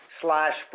slash